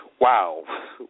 wow